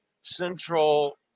Central